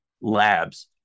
labs